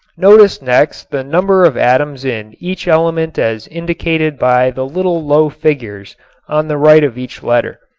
notice next the number of atoms in each element as indicated by the little low figures on the right of each letter.